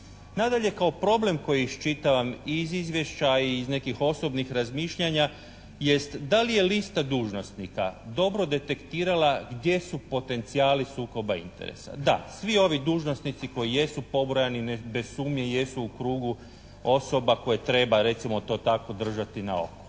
Nadalje, kao problem koji iščitavam i iz izvješća i iz nekih osobnih razmišljanja jest, da li je lista dužnosnika dobro detektirala gdje su potencijali sukoba interesa? Da. Svi ovi dužnosnici koji jesu pobrojani bez sumnje jesu u krugu osoba koje treba recimo to tako držati na oku.